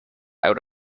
out